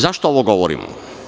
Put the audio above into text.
Zašto ovo govorimo?